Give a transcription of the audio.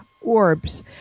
orbs